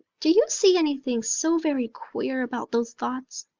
do you see anything so very queer about those thoughts?